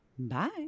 Bye